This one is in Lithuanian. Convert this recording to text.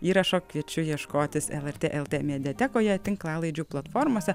įrašo kviečiu ieškotis lrt lt mediatekoje tinklalaidžių platformose